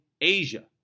Asia